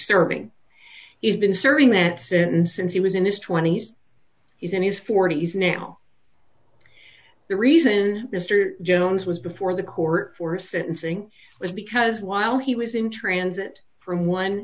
serving that sentence since he was in his twenty's he's in his forty's now the reason mr jones was before the court for sentencing was because while he was in transit from one